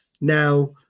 Now